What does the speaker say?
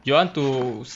you want to s~